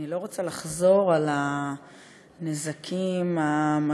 אני לא רוצה לחזור על הנזקים המשמעותיים,